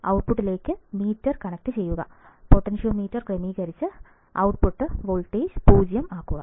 ഔട്ട്പുട്ട്ലേക്ക് meter കണക്റ്റുചെയ്യുക potentiometer ക്രമീകരിക്കുക ക്രമീകരിച്ച് ഔട്ട്പുട്ട് വോൾട്ടേജ് 0 ആക്കുക